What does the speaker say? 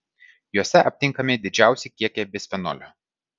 jose aptinkami didžiausi kiekiai bisfenolio